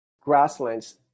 grasslands